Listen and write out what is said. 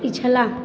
पिछला